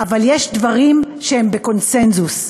אבל יש דברים שהם בקונסנזוס.